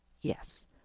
Yes